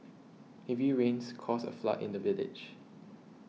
heavy rains caused a flood in the village